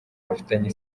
bafitanye